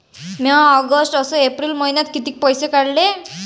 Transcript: म्या ऑगस्ट अस एप्रिल मइन्यात कितीक पैसे काढले?